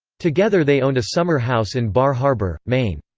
together they owned a summer house in bar harbor, maine.